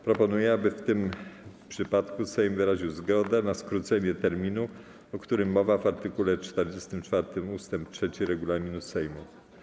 Proponuję, aby w tym przypadku Sejm wyraził zgodę na skrócenie terminu, o którym mowa w art. 44 ust. 3 regulaminu Sejmu.